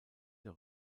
der